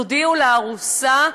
תודיעו לארוסה,